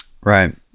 Right